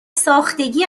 ساختگی